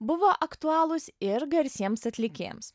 buvo aktualūs ir garsiems atlikėjams